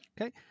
Okay